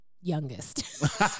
youngest